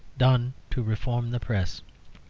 done to reform the press.